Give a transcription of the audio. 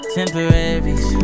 Temporaries